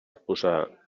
posar